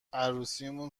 عروسیمون